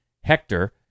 Hector